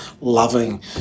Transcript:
loving